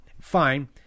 fine